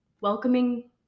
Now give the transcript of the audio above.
welcoming